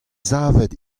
savet